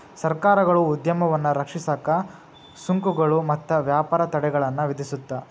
ಸರ್ಕಾರಗಳು ಉದ್ಯಮವನ್ನ ರಕ್ಷಿಸಕ ಸುಂಕಗಳು ಮತ್ತ ವ್ಯಾಪಾರ ತಡೆಗಳನ್ನ ವಿಧಿಸುತ್ತ